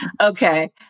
Okay